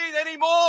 anymore